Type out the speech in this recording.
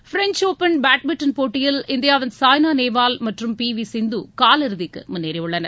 French open badminton போட்டியில் இந்தியாவின் சாய்னா நேவால் மற்றும் பி வி சிந்து காலிறுதிக்கு முன்னேறி உள்ளனர்